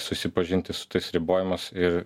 susipažinti su tais ribojimas ir